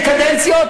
שהתמיכה במדינת ישראל,